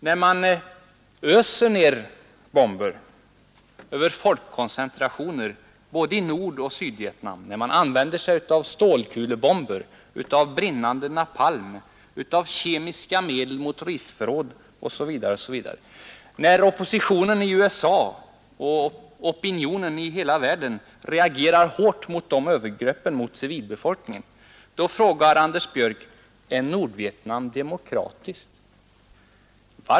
När man öser ner bomber över folkkoncentrationer både i Nordvietnam och i Sydvietnam, när man använder sig av stålkulebomber, av brinnande napalm, av kemiska medel mot risförråd osv., när oppositionen i USA och opinionen i hela världen reagerar hårt mot övergreppen mot civilbefolkningen — då frågar Anders Björck om Nordvietnam är demokratiskt.